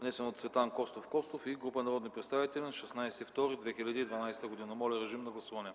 внесен от Цветан Костов Костов и група народни представители на 16 февруари 2012 г. Гласували